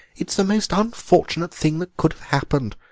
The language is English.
it's the most unfortunate thing that could have happened!